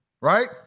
right